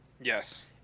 Yes